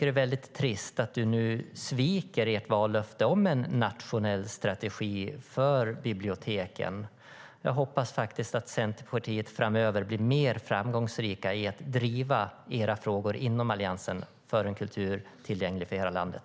Det är trist att Per Lodenius sviker Centerns vallöfte om en nationell strategi för biblioteken. Jag hoppas faktiskt att Centerpartiet framöver blir mer framgångsrikt i att driva sina frågor inom Alliansen för en kultur tillgänglig för hela landet.